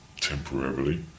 temporarily